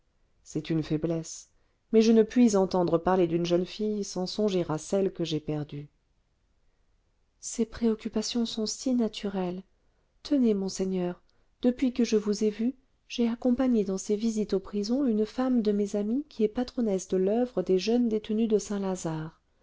c'est une faiblesse mais je ne puis entendre parler d'une jeune fille sans songer à celle que j'ai perdue ces préoccupations sont si naturelles tenez monseigneur depuis que je vous ai vu j'ai accompagné dans ses visites aux prisons une femme de mes amies qui est patronnesse de l'oeuvre des jeunes détenues de saint-lazare